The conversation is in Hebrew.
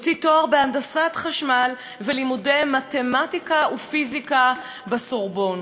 והוציא תואר בהנדסת חשמל ולימודי מתמטיקה ופיזיקה בסורבון,